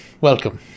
Welcome